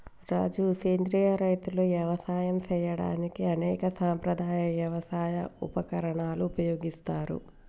రాజు సెంద్రియ రైతులు యవసాయం సేయడానికి అనేక సాంప్రదాయ యవసాయ ఉపకరణాలను ఉపయోగిస్తారు